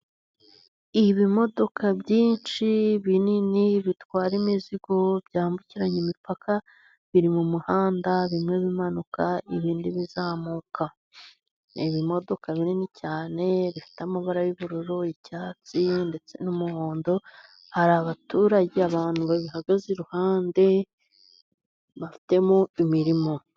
Ibimodoka byinshi, binini bitwara imizigo, byambukiranya imipaka, biri mu muhanda, bimwe bimanuka ibindi bizamuka. Ni ibimodoka binini cyane, bifite amabara y'ubururu, icyatsi ndetse n'umuhondo, hari abaturage, abantu babihagaze iruhande, bafitemo imirimo.